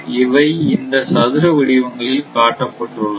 இவை இந்த சதுர வடிவங்களில் காட்டப்பட்டுள்ளன